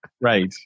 Right